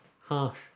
Harsh